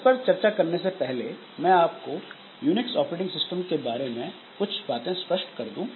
इस पर चर्चा करने से पहले मैं आपको यूनिक्स ऑपरेटिंग सिस्टम के बारे में कुछ बातें स्पष्ट कर दूँ